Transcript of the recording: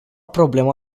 problemă